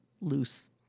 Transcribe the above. loose